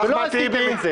טיבי,